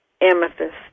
amethyst